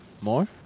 More